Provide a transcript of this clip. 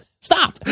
stop